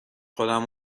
خودمو